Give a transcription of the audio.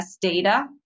data